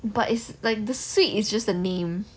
but it's like the suite is just the name